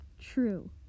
true